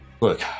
look